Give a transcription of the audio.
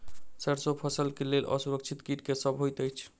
सैरसो फसल केँ लेल असुरक्षित कीट केँ सब होइत अछि?